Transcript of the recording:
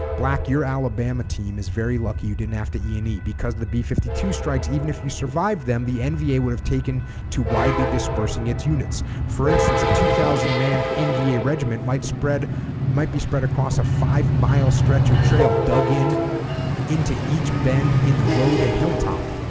black your alabama team is very lucky you didn't have to e e because the b fifty two strikes even if you survived them the nva would have taken to widely dispersing its units for instance a two thousand man nva regiment might spread might be spread across a five mile stretch of trail dug in into each bend in the road and hilltop